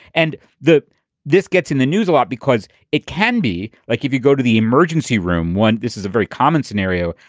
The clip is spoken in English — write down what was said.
and that this gets in the news a lot because it can be like if you go to the emergency room one, this is a very common scenario.